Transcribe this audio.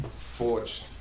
forged